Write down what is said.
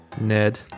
Ned